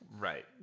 Right